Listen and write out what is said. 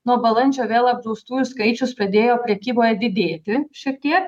nuo balandžio vėl apdraustųjų skaičius pradėjo prekyboje didėti šiek tiek